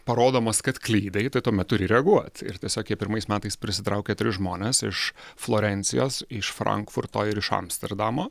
parodomas kad klydai tai tuomet turi reaguot ir tiesiog jie pirmais metais prisitraukė tris žmones iš florencijos iš frankfurto ir iš amsterdamo